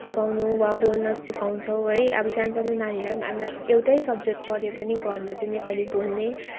सिकाउनु वा बोल्न सिकाउछौँ है अब सानो सानो नानीहरूलाई पनि एउटै सब्जेक्ट पढे पनि घरमा चाहिँ नेपाली बोल्ने